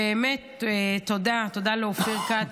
באמת תודה, תודה לאופיר כץ,